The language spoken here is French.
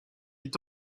est